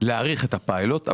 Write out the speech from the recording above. להאריך את הפיילוט.